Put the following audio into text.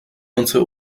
unsere